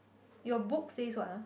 your book says what ah